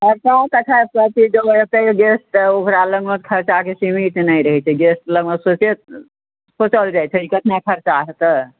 खर्चा तऽ खैर सब चीज जऽ औतै गेस्ट तऽ ओकरा लगमे खर्चाके सीमित नहि रहै छै गेस्ट लगमे सोचैत सोचल जाइ छै जे कतना खर्चा हेतै